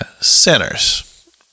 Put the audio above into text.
sinners